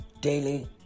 Daily